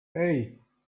hey